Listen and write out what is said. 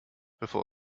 bevor